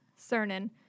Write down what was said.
Cernan